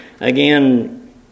Again